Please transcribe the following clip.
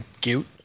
cute